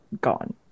gone